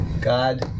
God